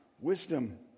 wisdom